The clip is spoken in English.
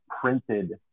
printed